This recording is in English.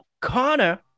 Connor